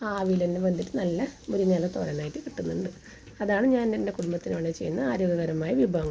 ആവിയിലെല്ലാം വന്നിട്ട് നല്ല മുരിങ്ങയില തോരനായിട്ട് കിട്ടുന്നുണ്ട് അതാണ് ഞാൻ എൻ്റെ കുടുംബത്തിന് വേണ്ടി ചെയ്യുന്ന ആരോഗ്യകരമായ വിഭവം